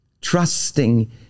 trusting